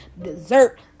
Dessert